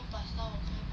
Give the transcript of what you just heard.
before long